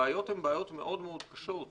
הבעיות הן בעיות מאוד מאוד קשות.